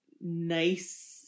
nice